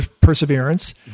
perseverance